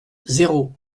zéro